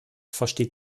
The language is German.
versteht